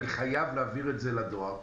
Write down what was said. ואני חייב להעביר את זה לדואר,